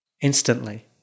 Instantly